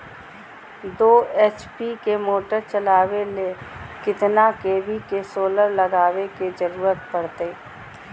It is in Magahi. दो एच.पी के मोटर चलावे ले कितना के.वी के सोलर लगावे के जरूरत पड़ते?